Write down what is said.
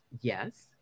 Yes